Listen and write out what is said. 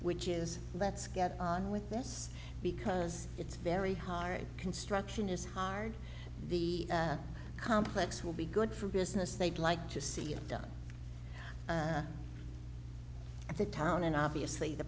which is let's get on with this because it's very hard construction is hard the complex will be good for business they'd like to see you done as a town and obviously the